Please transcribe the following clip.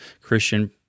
Christian